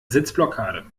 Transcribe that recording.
sitzblockade